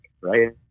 right